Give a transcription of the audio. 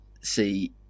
see